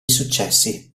successi